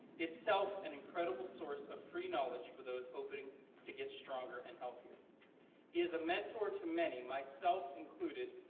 itself an incredible source of free knowledge for those hoping to get stronger and healthier. he is a mentor to many, myself included,